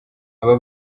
aba